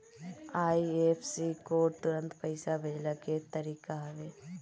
IFSC code तुरंत पईसा भेजला के तरीका हवे